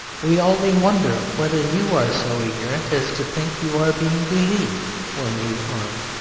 we only wonder whether you are so ignorant as to think you are being believed when you aren't.